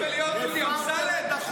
להיות דודי אמסלם?